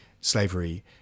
slavery